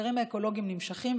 הסקרים האקולוגיים נמשכים,